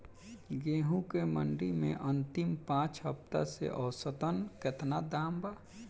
गेंहू के मंडी मे अंतिम पाँच हफ्ता से औसतन केतना दाम बा?